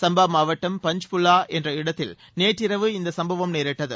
சும்பா மாவட்டம் பஞ்ச் புல்லா என்ற இடத்தில் நேற்றிரவு இந்த சும்பவம் நேரிட்டது